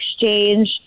exchange